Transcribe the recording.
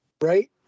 right